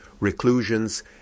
reclusions